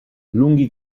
lunghi